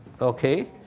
Okay